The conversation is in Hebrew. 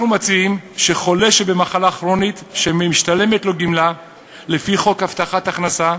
אנחנו מציעים שחולה במחלה כרונית שמשתלמת לו גמלה לפי חוק הבטחת הכנסה,